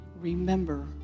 remember